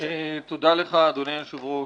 תודה לך, אדוני היושב-ראש,